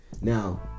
Now